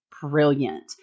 brilliant